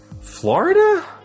Florida